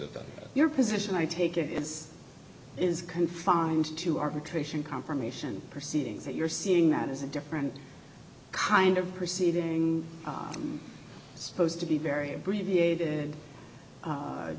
of your position i take it it's is confined to arbitration confirmation proceedings that you're seeing that is a different kind of proceeding supposed to be very abbreviated